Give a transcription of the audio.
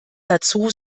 dazu